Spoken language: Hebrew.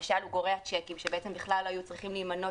למשל הוא גורע צ'קים שבעצם בכלל לא היו צריכים להימנות